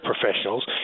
professionals